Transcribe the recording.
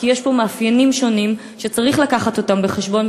כי יש פה מאפיינים שונים שצריך לקחת אותם בחשבון,